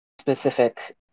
specific